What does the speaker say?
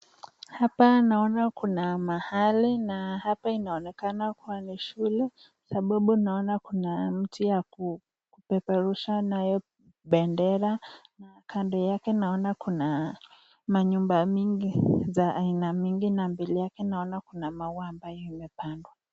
Hapa naona kuna mahali na hapa inaonekana kuwa ni shule sababu naona kuna mti ya kupeperusha nayo bendera kando yake naona kuna manyumba mingi za aina mingi na mbeli yake naona kuna maua ambayo imepandwa.